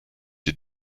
des